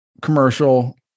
commercial